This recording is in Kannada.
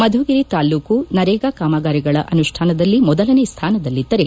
ಮಧುಗಿರಿ ತಾಲ್ಲೂಕು ನರೇಗಾ ಕಾಮಗಾರಿಗಳ ಅನುಷ್ಟಾನದಲ್ಲಿ ಮೊದಲನೇ ಸ್ಥಾನದಲ್ಲಿದ್ದರೆ